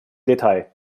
detail